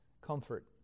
comfort